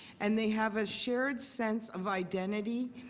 and they have assured sense of identity,